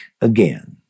again